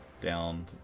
down